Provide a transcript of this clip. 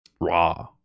raw